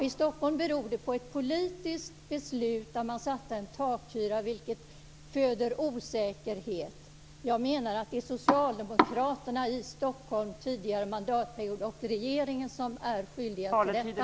I Stockholm beror det på ett politiskt beslut där man satte en takhyra, vilket föder osäkerhet. Jag menar att det är socialdemokraterna i Stockholm under tidigare mandatperiod och regeringen som är skyldiga till detta.